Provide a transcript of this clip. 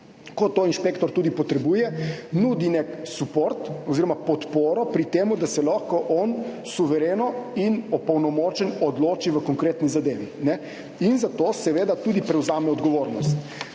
ko inšpektor to tudi potrebuje, nudi nek suport oziroma podporo pri tem, da se lahko on suvereno in opolnomočeno odloči v konkretni zadevi in za to seveda tudi prevzame odgovornost.